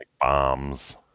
bombs